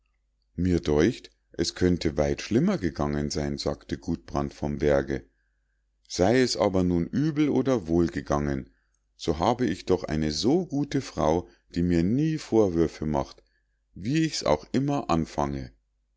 mir däucht es könnte weit schlimmer gegangen sein sagte gudbrand vom berge sei es aber nun übel oder wohl gegangen so habe ich doch eine so gute frau die mir nie vorwürfe macht wie ich's auch immer anfange